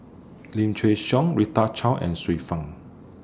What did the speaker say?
Lim Chin Siong Rita Chao and Xiu Fang